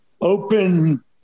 open